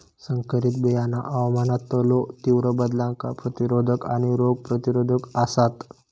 संकरित बियाणा हवामानातलो तीव्र बदलांका प्रतिरोधक आणि रोग प्रतिरोधक आसात